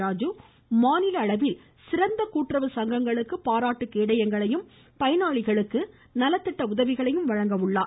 ராஜு மாநில அளவில் சிறந்த கூட்டுறவு சங்கங்களுக்கு பாராட்டு கேடயங்களையும் பயனாளிகளுக்கு நலத்திட்ட உதவிகளையும் வழங்க உள்ளார்